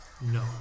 No